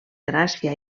gràcia